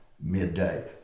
midday